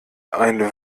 ein